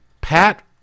Pat